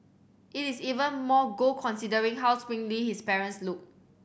it is even more gold considering how sprightly his parents look